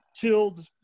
killed